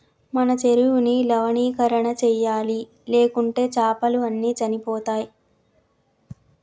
మన చెరువుని లవణీకరణ చేయాలి, లేకుంటే చాపలు అన్ని చనిపోతయ్